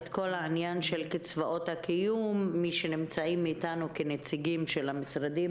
לגבי קצבאות הקיום כמובן שנציגי המשרדים